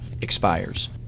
expires